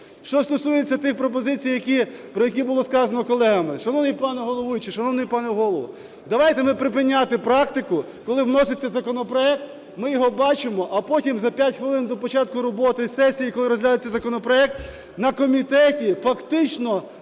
Що стосується тих пропозицій, про які було сказано колегами. Шановний пане головуючий, шановний пане Голово, давайте ми припиняти практику, коли вноситься законопроект, ми його бачимо, а потім за 5 хвилин до початку роботи сесії, коли розглядається законопроект, на комітеті фактично